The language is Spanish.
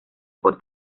por